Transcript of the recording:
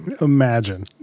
Imagine